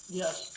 yes